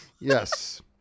yes